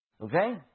Okay